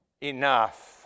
enough